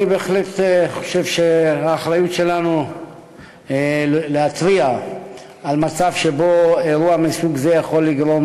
אני בהחלט חושב שהאחריות שלנו להתריע על מצב שבו אירוע מסוג זה יכול לגרום